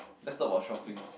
let's talk about shopping